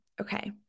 Okay